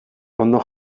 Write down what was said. ondo